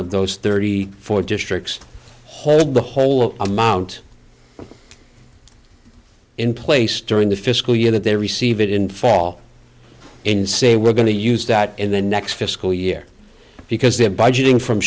of those thirty four districts hold the whole amount in place during the fiscal year that they receive it in fall in say we're going to use that in the next fiscal year because they're budgeting from